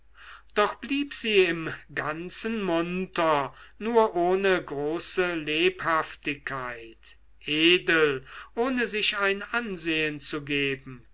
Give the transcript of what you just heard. doch blieb sie im ganzen munter nur ohne große lebhaftigkeit edel ohne sich ein ansehn zu geben